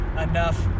enough